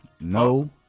No